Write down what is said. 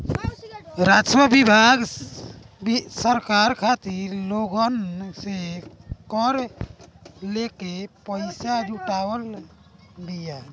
राजस्व विभाग सरकार खातिर लोगन से कर लेके पईसा जुटावत बिया